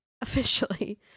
officially